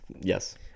Yes